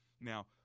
Now